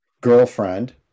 girlfriend